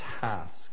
task